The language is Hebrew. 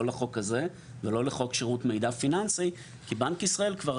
לחוק הזה ולא לחוק שירות מידע פיננסי כי בנק ישראל כבר